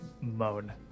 moan